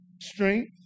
strength